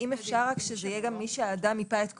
אפשר רק שזה יהיה גם מי שהאדם ייפה את כוחו,